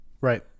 Right